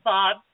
Bob